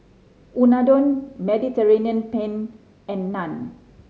Unadon Mediterranean Penne and Naan